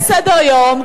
יש סדר-יום,